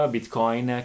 Bitcoin